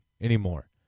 anymore